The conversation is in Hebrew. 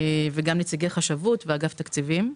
וגם נציגי החשבות ואגף התקציבים ברשות.